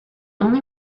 only